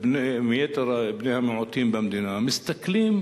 בני המיעוטים במדינה מסתכלים